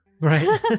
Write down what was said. Right